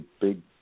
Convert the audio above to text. big